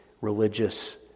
religious